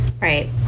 Right